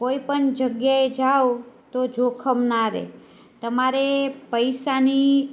કોઈપણ જગ્યાએ જાઓ તો જોખમ ન રહે તમારે પૈસાની